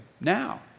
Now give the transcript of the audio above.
now